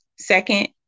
second